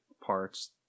parts